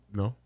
no